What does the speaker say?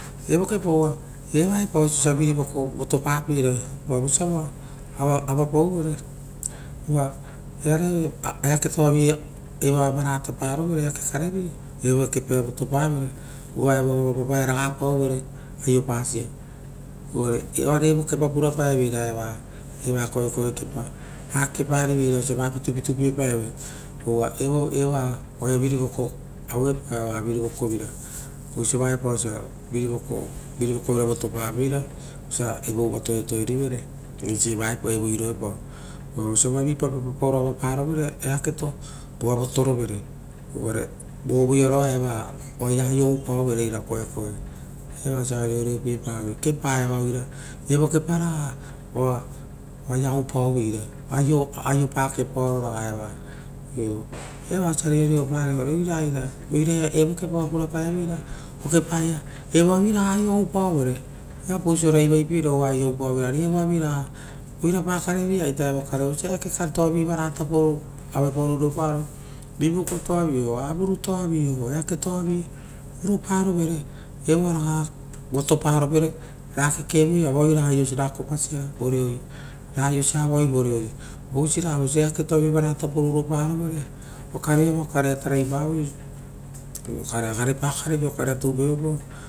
Evo kepa uva evae pao oisio osia eira virivoko voto papeira uva vosia avapau vere oo eake toavi evoa va varataparovere oo eake karevi, evo kepa ia votopavere. Urava vavaeraga paovere aio pasia, oare evo kepa purapaeveira eva koekoe kepa. Vakepariveira osia va pitupitu pie paeve, uvaeva oaia aue epao virivoko vira, oisio vaepao osia virivokovina votopapeir. Vosia eva ova toetoerivere oisi vaepao evo iro epa o uvavosia voavi pa pa oo ava paroevere eaketo vo a votorovere vovoi aroa eva oaia aio aupao vere era koekoe, evaita oa reoreopie pavoi kepaevaoira, evo kepa raga oaia aio oupaoveira, aiopa kopaoa eva iu. Eva osia reoreoparai uvare evokepa oa purapaeveira okepa ia evoa viraga aio oupaovere, viaapaosia oraivaiepeira osia aio oupaoveira ari evoavi raga, oira pakare via ita evokare, vosia eaketoavi varata paoro avapaoro uroparo rivukotoav oo avurutoavi oo eake toavi uroparovere evo a raga voto parovere. Ra kekevoi avaoia ra aiosia ra kopasia voreoi, ra aiosia avaoi voreoi oisiraga vosia eaketoavi tapo uroparovere, okarerovu okare taraipavoi oisi okarea garepa karevi okare tapo toupavoepao.